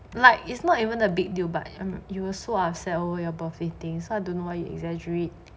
like it's not even a big deal but you were upset over your birthday thing so I don't know why you exaggerate